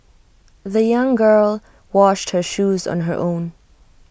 the young girl washed her shoes on her own